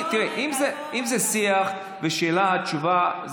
אם זה שיח ושאלה-תשובה,